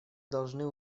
должны